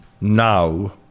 now